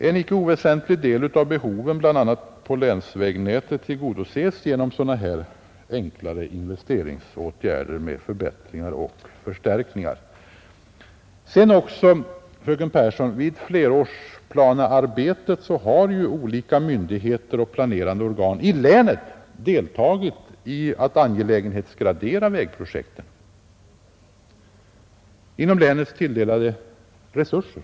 En icke oväsentlig del av behoven bl.a. på länsvägnätet tillgodoses genom sådana enklare investeringsåtgärder som förbättringar och förstärkningar. I flerårsplanearbetet, fröken Pehrsson, har också olika myndigheter och planerande organ i länet deltagit i att angelägenhetsgradera vägprojekten inom ramen för de resurser som länet tilldelats.